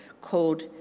called